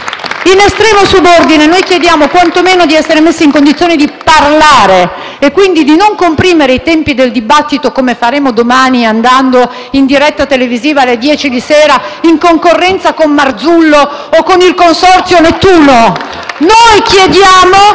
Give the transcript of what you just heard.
In estremo subordine, chiediamo quantomeno di essere messi nella condizione di parlare e, quindi, di non comprimere i tempi del dibattito come faremo domani con la diretta televisiva alle ore 22, in concorrenza con Marzullo o con Consorzio Nettuno. *(Applausi